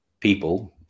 people